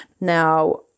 Now